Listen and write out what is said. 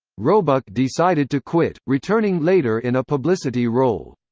roebuck decided to quit, returning later in a publicity role.